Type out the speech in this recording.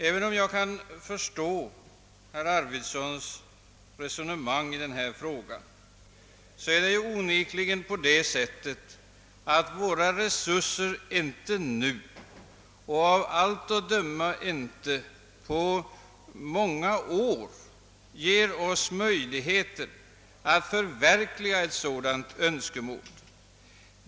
Även om jag kan förstå herr Arvidsons resonemang i denna fråga skulle jag vilja framhålla att våra resurser inte nu, och av allt att döma inte på många år, ger oss möjligheter att förverkliga ett sådant önskemål.